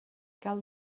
cal